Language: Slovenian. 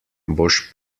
boš